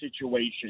situation